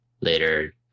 Later